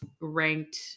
ranked